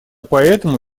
поэтому